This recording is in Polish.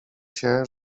się